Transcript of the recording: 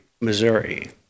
Missouri